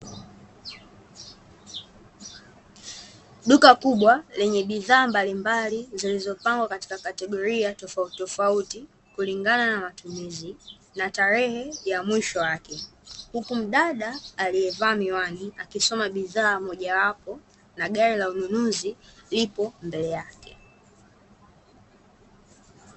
Duka kubwa lenye bidhaa mbalimbali, zilizopangwa katika kategoria tofauti tofauti, kulingana na matumizi na tarehe ya mwisho wake. Huku mdada aliyevaa miwani, akisoma bidhaa mojawapo na gari la ununuzi lipo mbele yake.